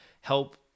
help